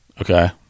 okay